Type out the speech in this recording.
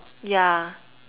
yeah